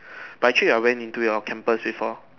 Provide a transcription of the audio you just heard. but actually I went into your campus before